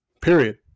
Period